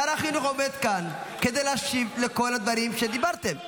שר החינוך עומד כאן כדי להשיב על כל הדברים שאמרתם.